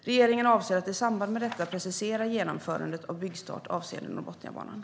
Regeringen avser att i samband med detta precisera genomförandet av byggstart avseende Norrbotniabanan.